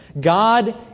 God